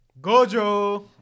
Gojo